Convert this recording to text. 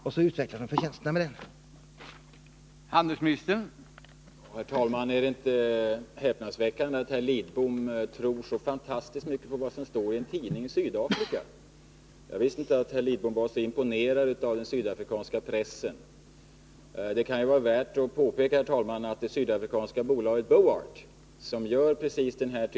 Därefter utvecklar tidningen förtjänsterna med anläggningen.